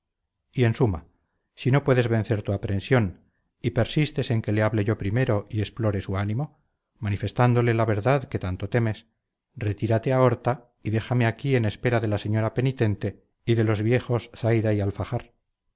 y en suma si no puedes vencer tu aprensión y persistes en que le hable yo primero y explore su ánimo manifestándole la verdad que tanto temes retírate a horta y déjame aquí en espera de la señora penitente y de los viejos zaida y alfajar